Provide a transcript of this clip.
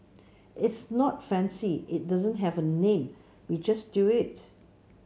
it's not fancy it doesn't have a name we just do it